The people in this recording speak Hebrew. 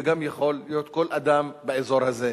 וגם יכול להיות כל אדם באזור הזה.